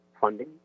funding